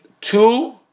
two